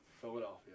philadelphia